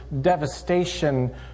devastation